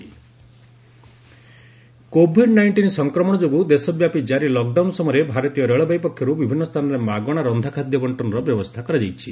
ଖାଦ୍ୟ ପୁଡ଼ିଆ ବଣ୍ଟନ କୋଭିଡ୍ ନାଇଣ୍ଟିନ୍ ସଂକ୍ରମଣ ଯୋଗୁଁ ଦେଶବାପୀ ଜାରି ଲକ୍ଡାଉନ ସମୟରେ ଭାରତୀୟ ରେଳବାଇ ପକ୍ଷରୁ ବିଭିନ୍ନ ସ୍ଥାନରେ ମାଗଣା ରନ୍ଧାଖାଦ୍ୟ ବଶ୍ଚନର ବ୍ୟବସ୍ଥା କରାଯାଇଛି